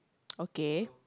okay